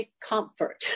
comfort